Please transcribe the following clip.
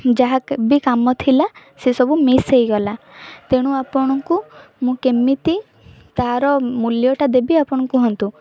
ଯାହା ବି କାମ ଥିଲା ସେସବୁ ମିସ୍ ହେଇଗଲା ତେଣୁ ଆପଣଙ୍କୁ ମୁଁ କେମିତି ତା'ର ମୂଲ୍ୟଟା ଦେବି ଆପଣଙ୍କ କୁହନ୍ତୁ